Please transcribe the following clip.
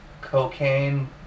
cocaine